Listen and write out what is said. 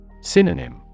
Synonym